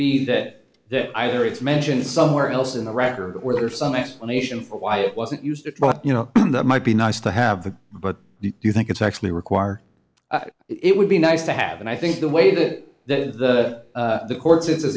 be that that either it's mentioned somewhere else in the record or there are some explanation for why it wasn't used but you know that might be nice to have the but do you think it's actually require it would be nice to have and i think the way that that the court